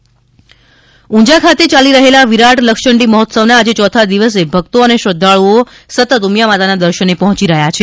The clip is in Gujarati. ઊંઝા લક્ષચંડી યજ્ઞ ઊંઝા ખાતે ચાલી રહેલા વિરાટ લક્ષચંડી મહોત્સવનાં આજે ચોથા દિવસે ભક્તો અને શ્રધ્ધાળુઓ સતત ઉમિયા માતાના દર્શન પહોંચી રહ્યા છે